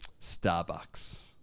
Starbucks